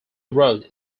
road